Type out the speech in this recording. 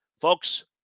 Folks